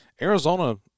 Arizona